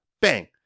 Bang